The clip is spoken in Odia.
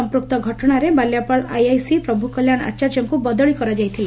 ସଂପୁକ୍ତ ଘଟଶାରେ ବାଲିଆପାଳ ଆଇଆଇସି ପ୍ରଭୁକଲ୍ୟାଣ ଆଚାର୍ଯ୍ୟଙ୍କୁ ବଦଳି କରାଯାଇଥିଲା